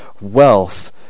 wealth